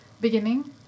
beginning